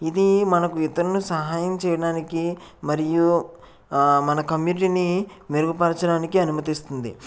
ఇది మనకు ఇతరులకు సహాయం చేయడానికి మరియు మన కమ్యూనిటీని మెరుగుపరచడానికి అనుమతి ఇస్తుంది